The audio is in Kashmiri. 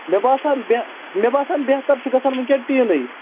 مےٚ باسان مےٚ مےٚ باسان بہتَر چھُ گژھان وٕنۍکٮ۪ن ٹیٖنٕے